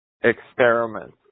experiment